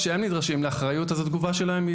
כשהם נדרשים לאחריות התגובה שלהם היא